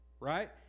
right